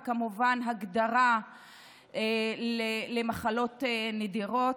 וכמובן הגדרה למחלות נדירות,